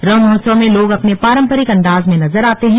रं महोत्सव में लोग अपने पारम्परिक अंदाज में नजर आते हैं